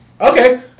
Okay